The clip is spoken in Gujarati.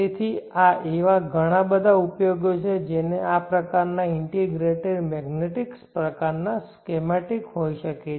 તેથી આ એવા ઘણા બધા ઉપયોગો છે જેનો આ પ્રકારનાં ઇન્ટીગ્રેટેડ મેગ્નેટિક્સ પ્રકારનાં સ્કેમેટિક હોઈ શકે છે